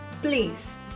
Please